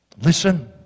Listen